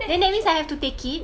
then that means I have to take it